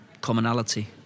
commonality